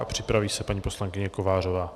Připraví se paní poslankyně Kovářová.